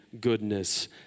goodness